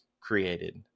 created